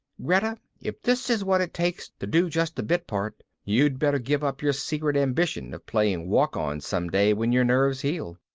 greta, if this is what it takes to do just a bit part, you'd better give up your secret ambition of playing walk-ons some day when your nerves heal.